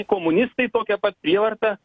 komunistai tokią pat prievartą